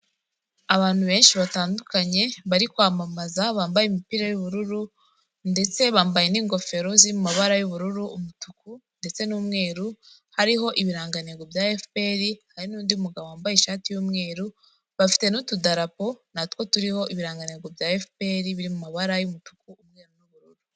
Abantu benshi batandukanye, bari kwamamaza, bambaye imipira y'ubururu, ndetse bambaye n'ingofero ziri mu mabara y'ubururu, umutuku, ndetse n'umweru, hariho ibirangantego bya Efuperi hari n'undi mugabo wambaye ishati y'umweru, bafite n'utudarapo natwo turiho ibirangantego bya Efuperi biri mu mabara y'umutuku, umweru n'ubururu.